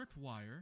tripwire